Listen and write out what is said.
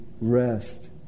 rest